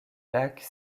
lac